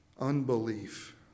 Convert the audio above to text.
unbelief